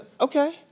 okay